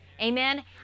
Amen